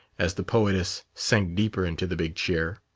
as the poetess sank deeper into the big chair.